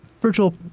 virtual